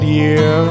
year